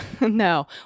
No